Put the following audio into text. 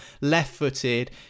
left-footed